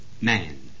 man